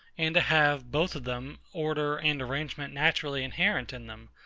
and to have, both of them, order and arrangement naturally inherent in them,